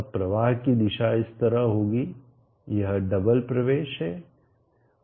अब प्रवाह की दिशा इस तरह होगी यह डबल double दोहरा प्रवेश है